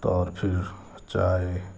اور پھر چائے